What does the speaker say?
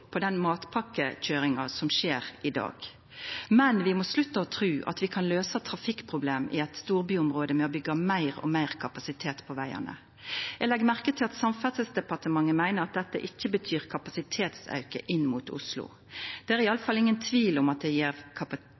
på den matpakkekøyringa som skjer i dag. Men vi må slutta å tru at vi kan løysa trafikkproblema i eit storbyområde med å byggja meir og meir kapasitet på vegane. Eg legg merke til at Samferdselsdepartementet meiner at dette ikkje betyr kapasitetsauke inn mot Oslo. Det er i alle fall ingen tvil om at det